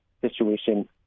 situation